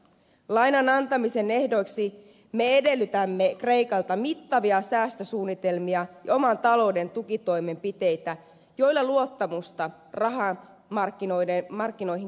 lainan antamisen ehdoiksi me edellytämme kreikalta mittavia säästösuunnitelmia ja oman talouden tukitoimenpiteitä joilla luottamusta rahamarkkinoihin kasvatetaan